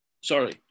Sorry